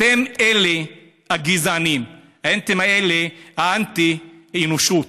אתם הגזענים, אתם האנטי-אנושיים,